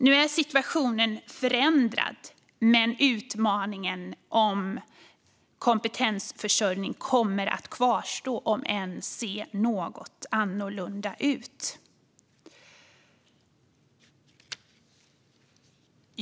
Nu är situationen förändrad, men utmaningen om kompetensförsörjning kommer att kvarstå om än se något annorlunda ut.